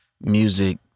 music